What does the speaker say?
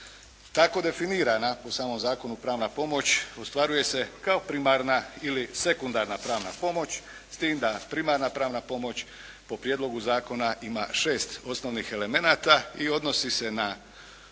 Tako definirana u samom zakonu pravna pomoć ostvaruje se kao primarna ili sekundarna pravna pomoć, s time da primarna pravna pomoć po prijedlogu zakona ima šest osnovnih elemenata i odnosi se na